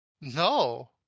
no